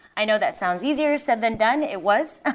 i know that sounds easier said than done, it was. ah